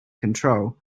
control